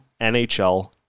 NHL